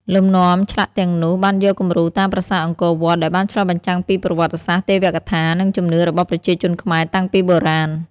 លំនាំឆ្លាក់ទាំងនោះបានយកគំរូតាមប្រាសាទអង្គរវត្ត ដែលបានឆ្លុះបញ្ចាំងពីប្រវត្តិសាស្ត្រ ទេវកថា និងជំនឿរបស់ប្រជាជនខ្មែរតាំងពីបុរាណ។